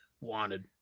wanted